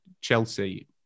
Chelsea